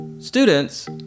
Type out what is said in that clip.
students